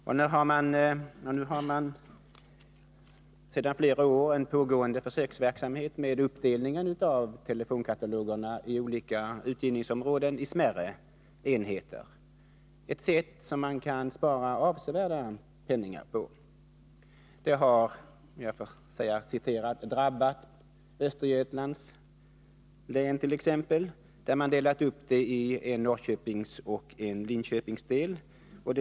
Det pågår sedan flera år tillbaka en försöksverksamhet när det gäller telefonkatalogerna, för att det skall kunna bli minskning av katalogområdena och smärre enheter. På detta kan man spara avsevärda belopp. T. ex. Östergötlands län har ”drabbats”. Här delade man redan 1979 katalogen i en Norrköpingsdel och en Linköpingsdel.